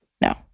no